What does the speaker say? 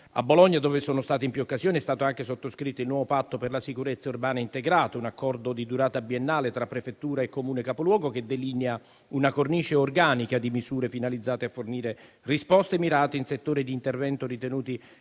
A Bologna, dove sono stato in più occasioni, è stato anche sottoscritto il nuovo patto per la sicurezza urbana integrato: un accordo di durata biennale tra prefettura e Comune capoluogo che delinea una cornice organica di misure finalizzate a fornire risposte mirate in settori di intervento ritenuti